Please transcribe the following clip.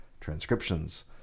transcriptions